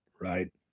right